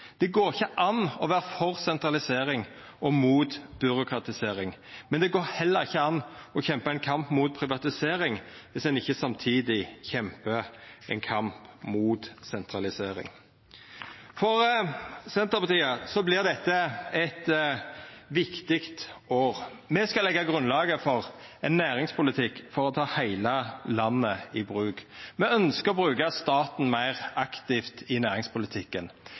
Det går ikkje an å vera for sentralisering og mot byråkratisering, men det går heller ikkje an å kjempa ein kamp mot privatisering om ein ikkje samtidig kjempar ein kamp mot sentralisering. For Senterpartiet vert dette eit viktig år. Me skal leggja grunnlaget for ein næringspolitikk for å ta heile landet i bruk. Me ønskjer å bruka staten meir aktivt i næringspolitikken.